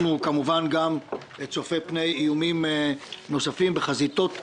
גם צופה פני איומים נוספים בחזיתות אחרות.